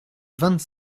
vingt